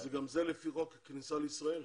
גם זה לפי חוק הכניסה לישראל?